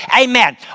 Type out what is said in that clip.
Amen